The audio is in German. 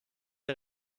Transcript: der